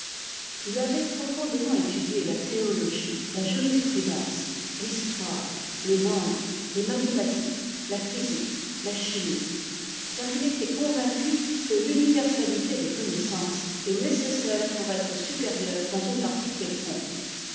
t avait profondément étudié la théologie la jurisprudence l'histoire les langues les mathématiques la physique la chimie car il était convaincu que l'universalité des connaissances est nécessaire pour être supérieur dans une partie quelconque